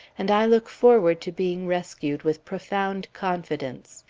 and i look forward to being rescued with profound confidence.